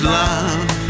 love